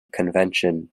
convention